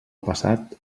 passat